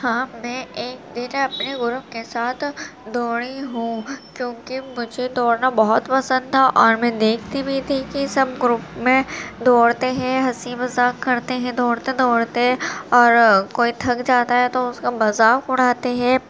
ہاں میں ایک میرے اپنے گروپ کے ساتھ دوڑی ہوں کیونکہ مجھے دوڑنا بہت پسند تھا اور میں دیکھتی بھی تھی کہ سب گروپ میں دوڑتے ہیں ہنسی مذاق کرتے ہیں دوڑتے دوڑتے اور کوئی تھک جاتا ہے تو اس کا مذاق اڑاتے ہیں